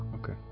Okay